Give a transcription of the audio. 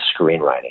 screenwriting